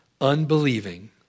unbelieving